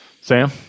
Sam